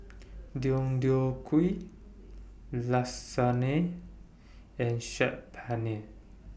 Deodeok Gui and Saag Paneer